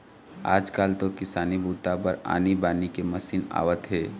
आजकाल तो किसानी बूता बर आनी बानी के मसीन आवत हे